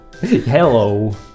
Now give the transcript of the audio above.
Hello